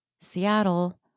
Seattle